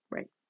Right